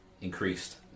increased